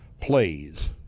plays